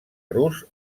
rus